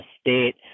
state